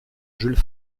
jules